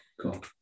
Cool